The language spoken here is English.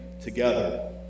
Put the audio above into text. together